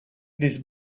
this